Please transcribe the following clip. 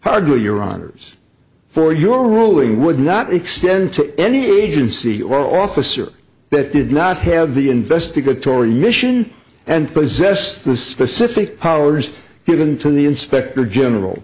hardly your honour's for your ruling would not extend to any agency or officer that did not have the investigatory mission and possess the specific powers given to the inspector general